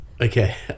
Okay